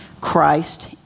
Christ